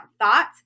thoughts